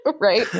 Right